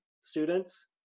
students